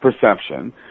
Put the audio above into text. perception